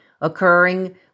occurring